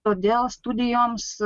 todėl studijoms